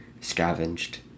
scavenged